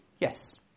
yes